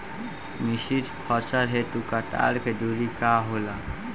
मिश्रित फसल हेतु कतार के दूरी का होला?